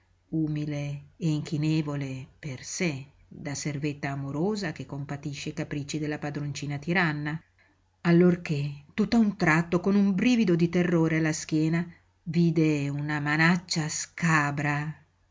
umile e inchinevole per sé da servetta amorosa che compatisce i capricci della padroncina tiranna allorché tutt'a un tratto con un brivido di terrore alla schiena vide una manaccia scabra